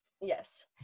Yes